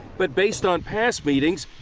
but based on past meetings,